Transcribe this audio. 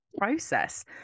process